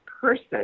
person